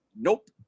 Nope